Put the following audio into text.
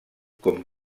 com